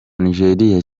nigeria